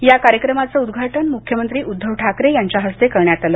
या कार्यक्रमाचं उद्घाटन मुख्यमंत्री उद्धव ठाकरे यांच्या हस्ते करण्यात आलं